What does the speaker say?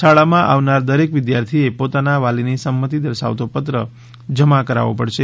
શાળામાં આવનાર દરેક વિદ્યાર્થીએ પોતાના વાલીની સમંતી દર્શાવતો પત્ર જમા કરવો પડશે